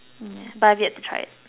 mm yeah but I've yet to try it